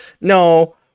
No